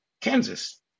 Kansas